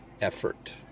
effort